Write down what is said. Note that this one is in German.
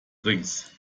drinks